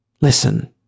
Listen